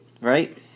right